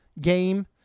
game